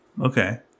Okay